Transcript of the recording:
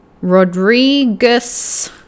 Rodriguez